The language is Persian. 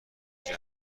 یخی